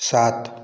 सात